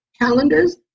Calendars